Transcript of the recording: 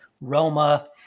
Roma